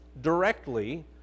directly